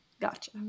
Gotcha